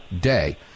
day